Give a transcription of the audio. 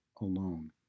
alone